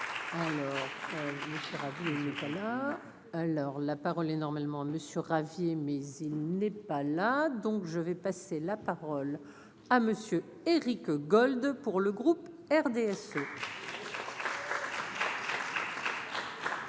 Alors la parole est normalement Monsieur ravi mais il n'est pas là, donc je vais passer la parole. Ah monsieur Éric Gold pour le groupe RDS.